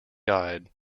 guide